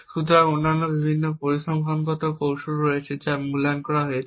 সুতরাং অন্যান্য বিভিন্ন পরিসংখ্যানগত কৌশল রয়েছে যা মূল্যায়ন করা হয়েছে